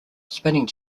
spinning